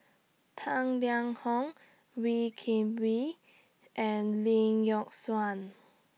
Tang Liang Hong Wee Kim Wee and Lee Yock Suan